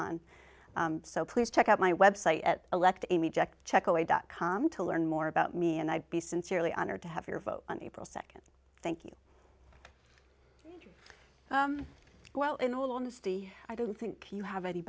on so please check out my website elect check away dot com to learn more about me and i'd be sincerely honored to have your vote on april nd thank you well in all honesty i don't think you have any